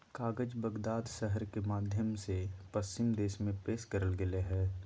कागज बगदाद शहर के माध्यम से पश्चिम देश में पेश करल गेलय हइ